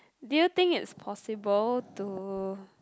do you think it's possible to